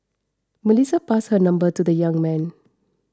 Melissa passed her number to the young man